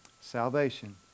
Salvation